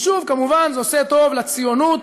ושוב, כמובן, זה עושה טוב לציונות,